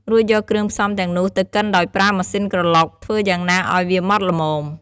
រួចយកគ្រឿងផ្សំទាំងនោះទៅកិនដោយប្រើ ម៉ាស៊ីនក្រឡុក ធ្វើយ៉ាងណាឱ្យវាម៉ដ្ឋល្មម។